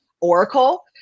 Oracle